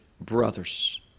brothers